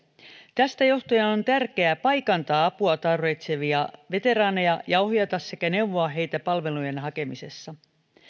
tästä johtuen on tärkeää paikantaa apua tarvitsevia veteraaneja ja ohjata sekä neuvoa heitä palvelujen hakemisessa